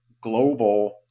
global